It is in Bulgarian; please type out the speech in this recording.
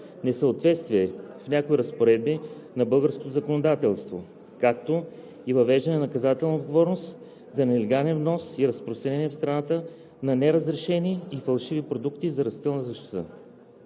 несъответствие в някои разпоредби от българско законодателство, както и въвеждане на наказателна отговорност за нелегален внос и разпространение в страната на неразрешени и фалшиви продукти за растителна защита.